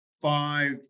five